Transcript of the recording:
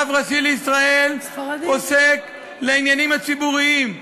רב ראשי לישראל עוסק בעניינים הציבוריים.